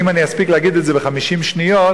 אם אני אספיק להגיד את זה ב-50 שניות,